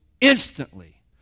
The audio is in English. instantly